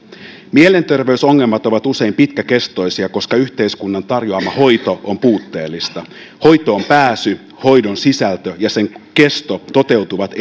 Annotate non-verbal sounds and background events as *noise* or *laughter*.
mielenterveysongelmat ovat usein pitkäkestoisia koska yhteiskunnan tarjoama hoito on puutteellista hoitoonpääsy hoidon sisältö ja sen kesto toteutuvat *unintelligible*